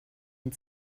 den